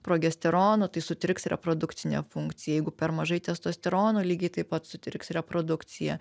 progesterono tai sutriks reprodukcinė funkcija jeigu per mažai testosterono lygiai taip pat sutriks reprodukcija